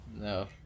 no